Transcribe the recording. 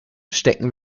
stecken